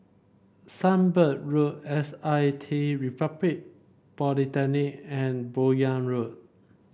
Sunbird Road S I T Republic Polytechnic and Buyong Road